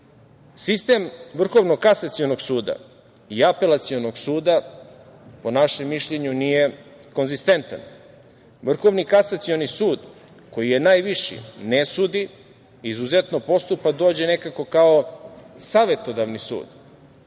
sudova. Sistem Vrhovnog kasacionog suda i Apelacionog suda, po našem mišljenju, nije konzistentan. Vrhovni kasacioni sud koji je najviši ne sudi, izuzetno postupa, dođe nekako kao savetodavni sud.